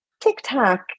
TikTok